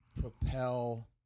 propel